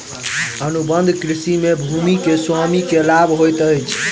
अनुबंध कृषि में भूमि के स्वामी के लाभ होइत अछि